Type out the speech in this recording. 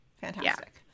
fantastic